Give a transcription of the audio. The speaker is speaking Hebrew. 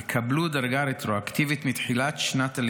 כי מדובר כאמור בתהליך אינטרנטי קצר ללא